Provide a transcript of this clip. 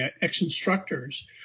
ex-instructors